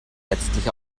letztlich